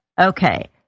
Okay